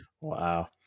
wow